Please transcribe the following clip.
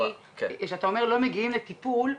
כשאתה אומר לא מגיעים לטיפול,